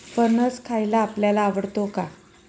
फणस खायला आपल्याला आवडतो का?